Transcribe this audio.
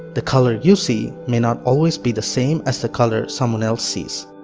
the colour you see may not always be the same as the colour someone else sees.